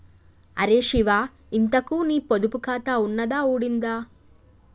అరే శివా, ఇంతకూ నీ పొదుపు ఖాతా ఉన్నదా ఊడిందా